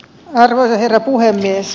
arvoisa herra puhemies